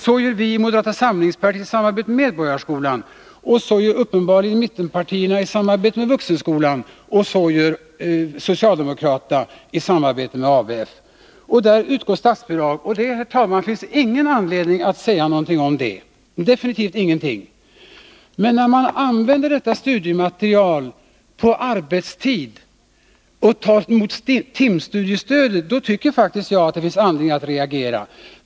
Så gör vi i moderata samlingspartiet i samarbete med Medborgarskolan, så gör uppenbarligen mittenpartierna i samarbete med Vuxenskolan och så gör socialdemokraterna i samarbete med ABF. För detta utgår statsbidrag, och det finns definitivt ingen anledning att säga någonting om det. Men när man använder detta studiematerial på arbetstid och tar emot timstudiestöd, då tycker faktiskt jag att det finns anledning att reagera.